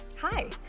hi